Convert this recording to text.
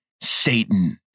Satan